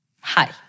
Hi